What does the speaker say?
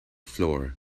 floor